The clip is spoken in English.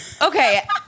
Okay